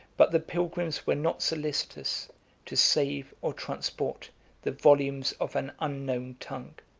but the pilgrims were not solicitous to save or transport the volumes of an unknown tongue